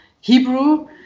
hebrew